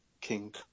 King